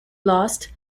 lost